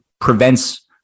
prevents